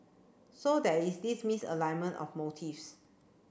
so there is this misalignment of motives